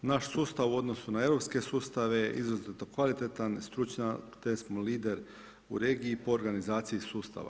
Naš sustav u odnosu na europske sustave je izrazito kvalitetan, stručan, te smo lider u regiji po organizaciji sustava.